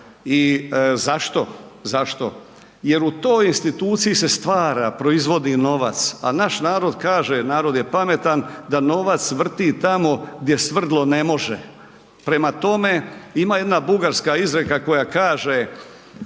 I zašto? Jer u toj instituciji se stvara, proizvodi novac. A naš narod kaže, narod je pametan, da novac vrti tamo gdje svrdlo ne može. Prema tome ima jedna bugarska izreka koja kaže